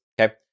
Okay